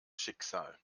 schicksal